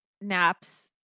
naps